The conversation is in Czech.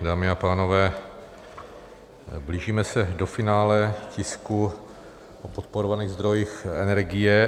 Dámy a pánové, blížíme se do finále tisku o podporovaných zdrojích energie.